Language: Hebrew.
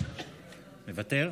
מוותר,